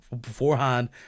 beforehand